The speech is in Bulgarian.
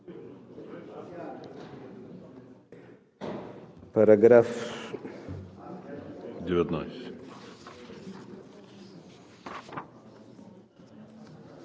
Параграф 1